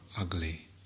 ugly